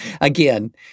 Again